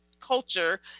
culture